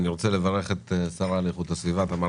אני רוצה לברך את השרה להגנת הסביבה תמר